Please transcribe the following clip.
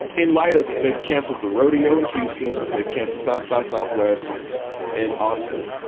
in light of they've canceled the rodeo in houston, they've canceled south by southwest in austin.